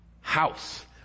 house